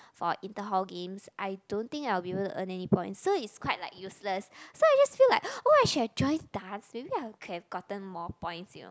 for inter hall games I don't think I will be able to earn any points so it's quite like useless so I just feel like !wah! I should have joined dance maybe I could have gotten more points you know